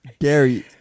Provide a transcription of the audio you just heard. Gary